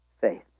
faith